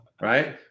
right